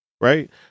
right